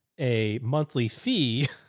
a monthly fee.